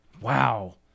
Wow